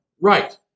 Right